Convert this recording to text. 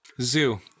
Zoo